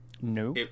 no